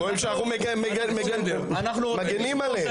מגנים עליהם.